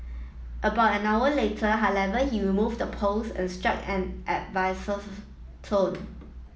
about an hour later however he removed the post and struck an tone